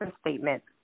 statement